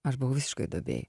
aš buvau visiškoj duobėj